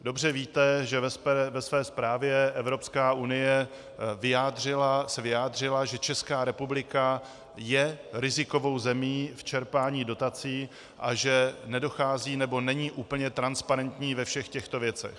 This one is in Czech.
Dobře víte, že ve své zprávě se Evropská unie vyjádřila, že Česká republika je rizikovou zemí v čerpání dotací a že nedochází, nebo není úplně transparentní ve všech těchto věcech.